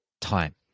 time